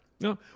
no